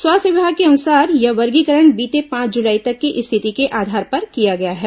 स्वास्थ्य विभाग के अनुसार यह वर्गीकरण बीते पांच जुलाई तक की स्थिति के आधार पर किया गया है